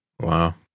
Wow